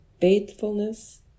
faithfulness